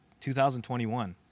2021